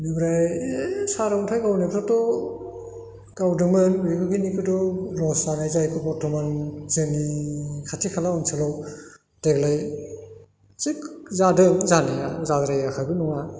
बेनिफ्राय ए सार अन्थाइ गावनायफ्राथ' गावदोंमोन बेफोरखिनिखौथ' लस जानाय जाहैबाय बर्थ'मान जोंनि खाथि खाला ओनसोलाव देग्लाय थिग जादों जानाया जाद्रायाखैबो नङा